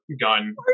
gun